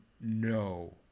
No